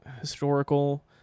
historical